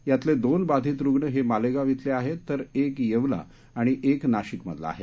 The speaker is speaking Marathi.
यातले दोन बाधीत रुग्ण हे मालेगाव इथले आहेत तर एक येवला आणि एक नाशिक मधला आहे